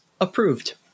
Approved